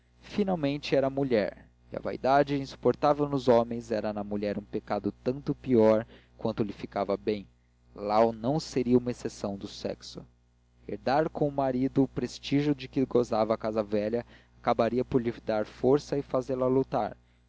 finalmente era mulher e a vaidade insuportável nos homens era na mulher um pecado tanto pior quanto lhe ficava bem lalau não seria uma exceção do sexo herdar com o marido o prestígio de que gozava a casa velha acabaria por lhe dar força e fazê-la lutar